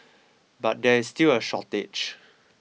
but there is still a shortage